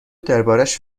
دربارش